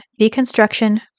deconstruction